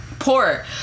Poor